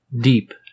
deep